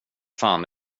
fan